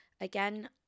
Again